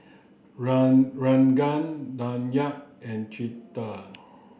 run Ranga Dhyan and Chetan